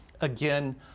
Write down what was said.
again